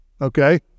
Okay